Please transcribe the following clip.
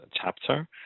chapter